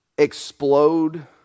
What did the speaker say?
Explode